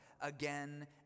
again